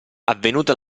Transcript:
avvenuta